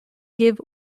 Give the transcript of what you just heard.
give